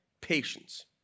patience